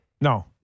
No